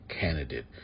candidate